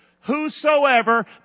whosoever